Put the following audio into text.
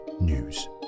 news